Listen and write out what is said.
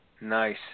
nice